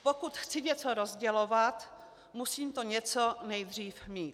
Pokud chci něco rozdělovat, musím to něco nejdřív mít.